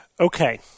Okay